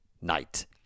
night